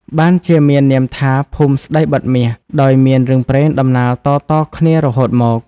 បានជាមាននាមថា ភូមិស្តីបិទមាស ដោយមានរឿងព្រេងដំណាលតៗគ្នារហូតមក។